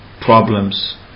problems